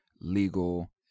legal